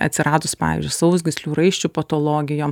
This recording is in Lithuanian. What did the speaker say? atsiradus pavyzdžiui sausgyslių raiščių patologijom